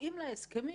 "ריבית הסכמית",